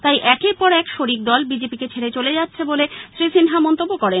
তাই একের পর এক শরিক দল বিজেপিকে ছেড়ে চলে যাচ্ছে বলে শ্রী সিনহা মন্তব্য করেন